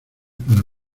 para